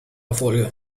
erfolge